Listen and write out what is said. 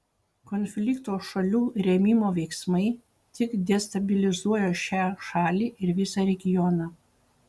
konflikto šalių rėmimo veiksmai tik destabilizuoja šią šalį ir visą regioną